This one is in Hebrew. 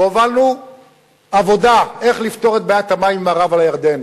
והובלנו עבודה איך לפתור את בעיית המים ממערב לירדן.